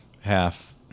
half